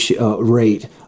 rate